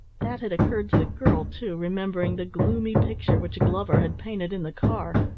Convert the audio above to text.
that had occurred to the girl too, remembering the gloomy picture which glover had painted in the car.